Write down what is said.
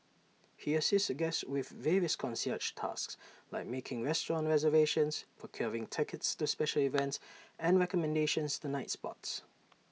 he assists guests with various concierge tasks like making restaurant reservations procuring tickets to special events and recommendations to nightspots